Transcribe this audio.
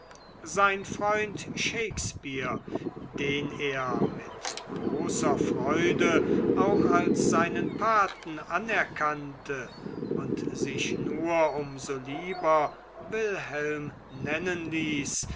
sein freund shakespeare den er mit großer freude auch als seinen paten anerkannte und sich nur um so lieber wilhelm nennen ließ